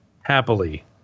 happily